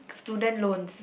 student loans